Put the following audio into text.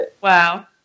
Wow